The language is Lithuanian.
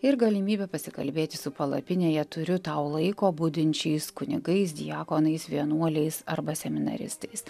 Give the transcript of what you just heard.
ir galimybė pasikalbėti su palapinėje turiu tau laiko budinčiais kunigais diakonais vienuoliais arba seminaristais